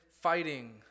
fighting